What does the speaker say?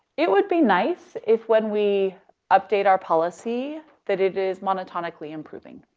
it would be nice if when we update our policy, that it is monotonically improving.